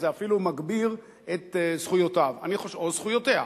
אז זה אפילו מגביר את זכויותיו או זכויותיה.